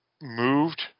moved